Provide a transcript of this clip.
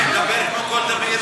דתיים, חילונים, מה זה?